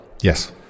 Yes